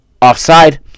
offside